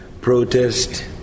protest